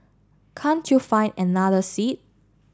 can't you find another seat